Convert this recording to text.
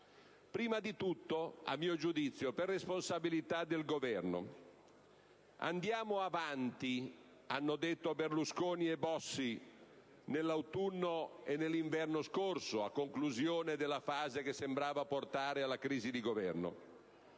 prima di tutto, a mio giudizio, per responsabilità del Governo. «Andiamo avanti», hanno detto Berlusconi e Bossi nell'autunno e nell'inverno scorsi, a conclusione della fase che sembrava portare alla crisi di Governo.